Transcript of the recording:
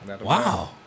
Wow